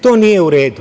To nije u redu.